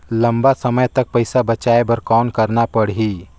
लंबा समय तक पइसा बचाये बर कौन करना पड़ही?